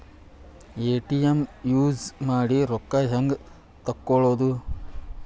ATM use ಮಾಡಿ ರೊಕ್ಕ ಹೆಂಗೆ ತಕ್ಕೊಳೋದು?